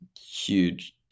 huge